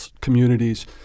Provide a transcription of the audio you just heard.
communities